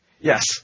Yes